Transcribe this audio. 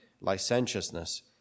licentiousness